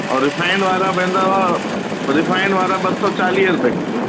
और रिफ़ाइंड वारा पवंदव और रिफ़ाइंड वारा ॿ सौ चालीह रुपए किलो